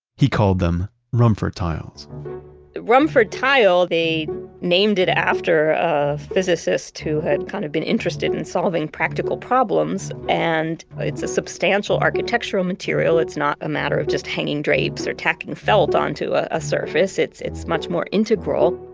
he called them rumford tiles the rumford tile, tile, they named it after a physicist who had kind of been interested in solving practical problems, and it's a substantial architectural material. it's not a matter of just hanging drapes or tacking felt onto a a surface. it's it's much more integral.